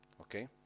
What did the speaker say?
Okay